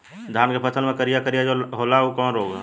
धान के फसल मे करिया करिया जो होला ऊ कवन रोग ह?